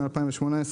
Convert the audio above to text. מ-2018,